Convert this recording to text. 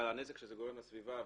אבל הנזק שזה גורם לסביבה,